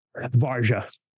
Varja